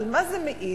אבל על מה זה מעיד?